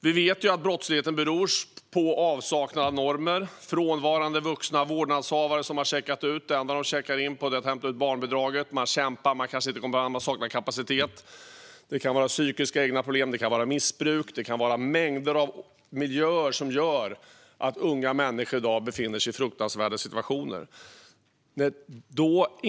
Vi vet att brottsligheten beror på avsaknad av normer och frånvarande vuxna vårdnadshavare som har checkat ut - det enda de checkar in på är att hämta ut barnbidraget. De kämpar, men de kanske saknar kapacitet. Det kan vara psykiska problem, missbruk och mängder av miljöer som gör att unga människor i dag befinner sig i fruktansvärda situationer.